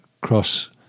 cross